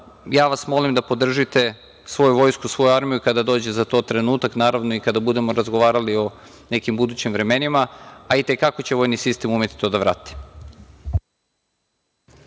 ja vas molim da podržite svoju vojsku, svoju armiju kada dođe za to trenutak, naravno i kada budemo razgovarali o nekim budućim vremenima. I te kako će vojni sistem umeti to da vrati.